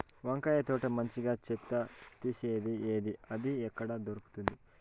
వంకాయ తోట మంచిగా చెత్త తీసేది ఏది? అది ఎక్కడ దొరుకుతుంది?